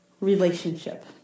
relationship